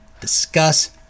discuss